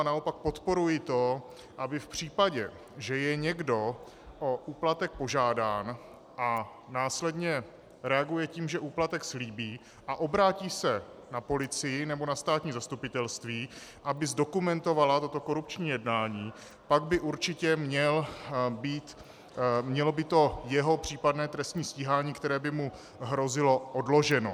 Naopak podporuji to, aby v případě, že je někdo o úplatek požádán a následně reaguje tím, že úplatek slíbí a obrátí se na policii nebo na státní zastupitelství, aby zdokumentovala toto korupční jednání, pak by určitě mělo by to jeho případné stíhání, které by mu hrozilo, odloženo.